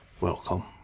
Welcome